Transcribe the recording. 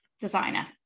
designer